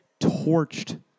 torched